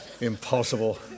Impossible